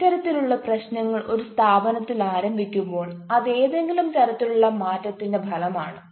ഇത്തരത്തിലുള്ള പ്രശ്നങ്ങൾ ഒരു സ്ഥാപനത്തിൽ ആരംഭിക്കുമ്പോൾ അത് ഏതെങ്കിലും തരത്തിലുള്ള മാറ്റത്തിൻറെ ഫലമാണ്